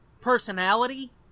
personality